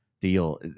deal